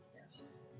Yes